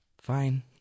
fine